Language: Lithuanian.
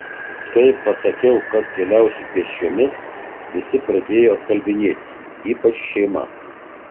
kai pasakiau kad keliausiu pėsčiomis visi pradėjo atkalbinėti ypač šeima